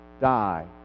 die